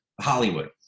Hollywood